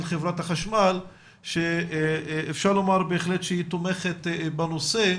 חברת החשמל שאפשר לומר בהחלט שהיא תומכת בנושא,